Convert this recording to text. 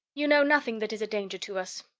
you know nothing that is a danger to us.